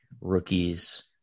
rookies